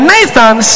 Nathan